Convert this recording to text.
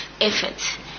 effort